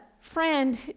friend